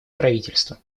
правительства